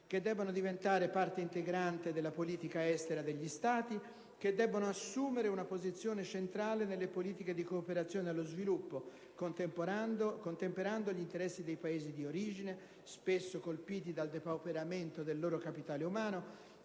che debbano diventare una parte integrante della politica estera degli Stati, che debbano assumere una posizione centrale nelle politiche di cooperazione allo sviluppo, contemperando gli interessi dei Paesi di origine - spesso colpiti dal depauperamento del loro capitale umano